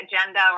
agenda